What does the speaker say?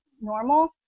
normal